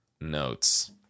notes